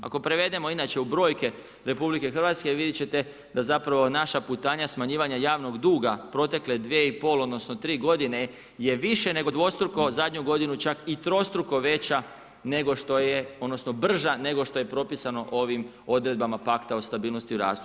Ako prevedemo inače u brojke RH vidjeti ćete da zapravo naša putanja smanjivanja javnog duga protekle 2,5 odnosno 3 g. je više nego dvostruko zadnju godinu čak i trostruko veća nego što je, odnosno brža nego što je propisano ovim odredbama pakta o stabilnosti o rastu.